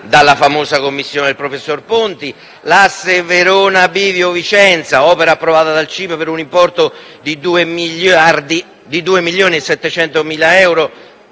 dalla famosa commissione del professor Ponti; l'asse Verona-Bivio Vicenza, opera approvata dal CIPE per un importo di 2,7